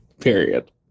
Period